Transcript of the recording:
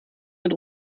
mit